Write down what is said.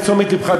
לתשומת לבך,